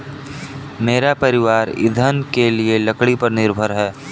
मेरा परिवार ईंधन के लिए लकड़ी पर निर्भर है